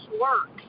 work